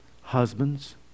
husbands